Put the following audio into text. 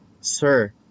Sir